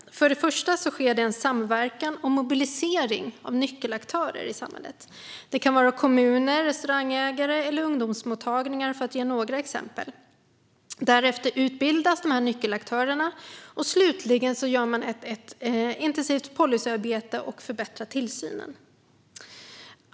Först och främst sker en samverkan och mobilisering av nyckelaktörer i samhället. Det kan vara kommuner, restaurangägare eller ungdomsmottagningar, för att ge några exempel. Därefter utbildas nyckelaktörerna, och slutligen gör man ett intensivt policyarbete och förbättrar tillsynen.